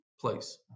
place